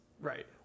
Right